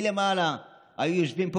מלמעלה היו יושבים פה,